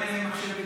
אין מחשב ביתי?